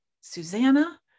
Susanna